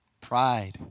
Pride